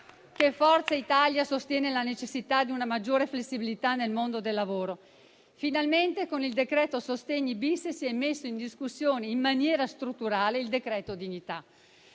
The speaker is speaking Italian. che Forza Italia sostiene la necessità di una maggiore flessibilità nel mondo del lavoro; finalmente, con il decreto sostegni-*bis* si è messo in discussione in maniera strutturale il decreto-legge dignità,